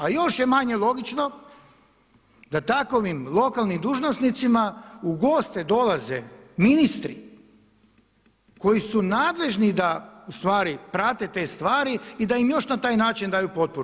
A još je manje logično da takvim lokalnim dužnosnicima u goste dolaze ministri koji su nadležni da ustvari prate te stvari i da im još na taj način daju potporu.